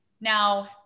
Now